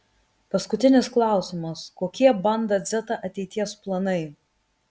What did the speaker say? paskutinis klausimas kokie banda dzeta ateities planai